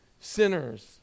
sinners